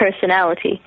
personality